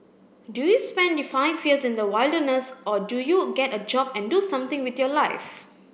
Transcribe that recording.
do you spend five years in the wilderness or do you get a job and do something with your life